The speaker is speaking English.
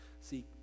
See